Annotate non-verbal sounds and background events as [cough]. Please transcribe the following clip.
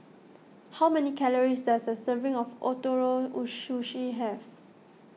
how many calories does a serving of Ootoro [unintelligible] Sushi have